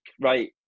right